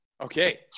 Okay